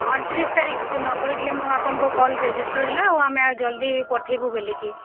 ଅଣତିରିଶ ତାରିଖ ଦିନ କହିଥିଲି ମୁଁ ଆପଣଙ୍କ କଲ୍ ରେଜିଷ୍ଟର୍ ହେଲା ଆଉ ଆମେ ଜଲ୍ଦି ପଠାଇବୁ ବୋଲିକି